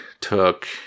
took